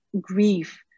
grief